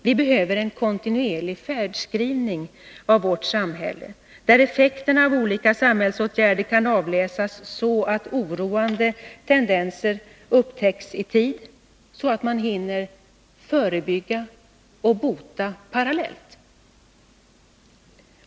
Vi behöver en kontinuerlig ”färdbeskrivning” av vårt samhälle, där effekterna av olika samhällsåtgärder kan avläsas, så att oroande trender upptäcks i tid och man hinner förebygga och bota parallellt.